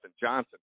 Johnson